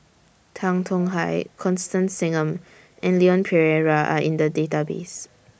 Tan Tong Hye Constance Singam and Leon Perera Are in The Database